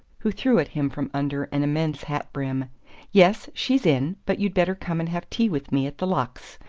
who threw at him from under an immense hat-brim yes, she's in, but you'd better come and have tea with me at the luxe.